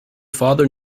father